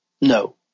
No